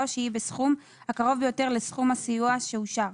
שהיא בסכום הקרוב ביותר לסכום הסיוע שאושר,